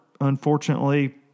unfortunately